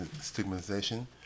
stigmatization